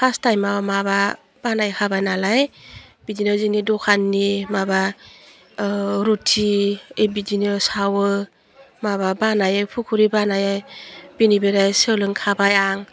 first टाइमाव माबा बानायखाबाय नालाय बिदिनो जोंनि दखाननि माबा रुटि एह बिदिनो सावो माबा बानायो फ'खरि बानायो बिनिफ्राय सोलोंखाबाय आं